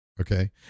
Okay